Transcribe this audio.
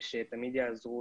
ושתמיד יעזרו